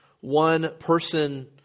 one-person